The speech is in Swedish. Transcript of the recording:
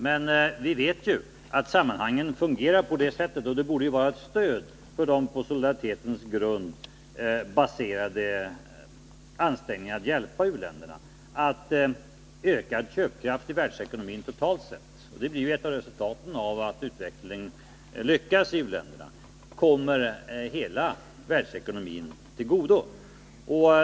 Men vi vet att det fungerar på det sättet att ökad köpkraft i världsekonomin totalt sett — och det blir ju ett av resultaten av att utvecklingen i u-länderna lyckas — kommer hela världsekonomin till godo. Detta borde vara ett stöd för de på solidaritet grundade ansträngningarna att hjälpa u-länderna.